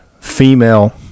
female